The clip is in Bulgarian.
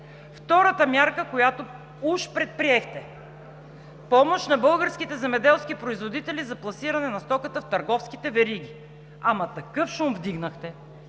Втората мярка, която уж предприехте – помощ на българските земеделски производители за пласиране на стоката в търговските вериги. Ама такъв шум вдигнахте,